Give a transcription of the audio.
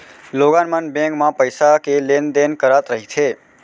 लोगन मन बेंक म पइसा के लेन देन करत रहिथे